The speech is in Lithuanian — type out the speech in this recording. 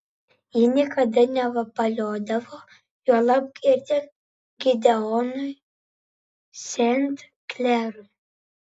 ji niekada nevapaliodavo juolab girdint gideonui sent klerui